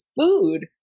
food